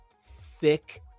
thick